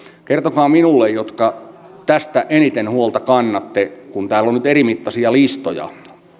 kertokaa minulle te jotka tästä eniten huolta kannatte kun täällä on nyt erimittaisia listoja